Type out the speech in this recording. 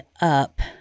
up